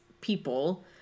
people